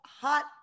hot